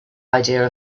idea